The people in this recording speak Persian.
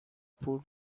پول